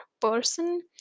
person